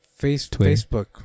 Facebook